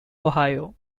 ohio